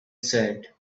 said